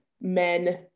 men